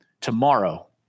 Tomorrow